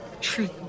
truth